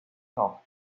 thought